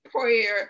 prayer